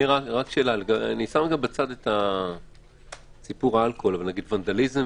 נשים בצד את האלכוהול, אבל ונדליזם